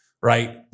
right